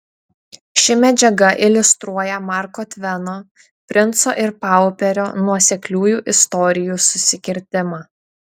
ši medžiaga iliustruoja marko tveno princo ir pauperio nuosekliųjų istorijų susikirtimą